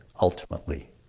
ultimately